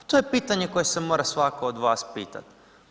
To je pitanje koje se mora svatko od vas pitati.